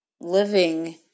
living